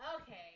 Okay